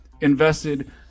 invested